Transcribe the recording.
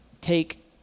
take